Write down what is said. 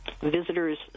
Visitors